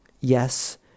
yes